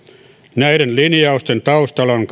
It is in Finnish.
näiden linjausten taustalla on